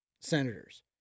Senators